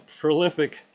prolific